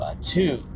two